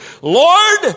Lord